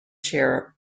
chair